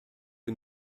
que